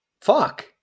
fuck